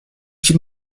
qu’il